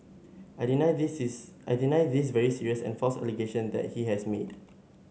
I deny this is I deny this very serious and false allegation that he has made